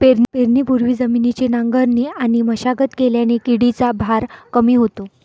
पेरणीपूर्वी जमिनीची नांगरणी आणि मशागत केल्याने किडीचा भार कमी होतो